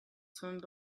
swimming